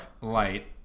light